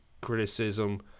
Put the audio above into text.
criticism